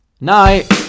Night